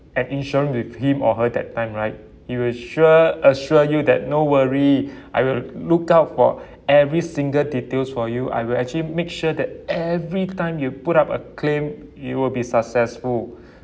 an insurance with him or her that time right they will sure assure you that no worry I will look out for every single details for you I will actually make sure that every time you put up a claim you will be successful